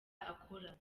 akora